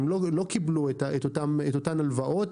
הם לא קיבלו את אותן הלוואות,